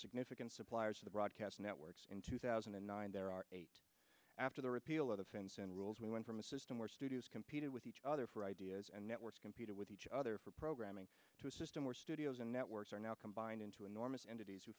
significant suppliers of the broadcast networks in two thousand and nine there are eight after the repeal of the fence and rules we went from a system where studios competed with each other for ideas and networks competing with each other for programming to a system where studios and networks are now combined into enormous entit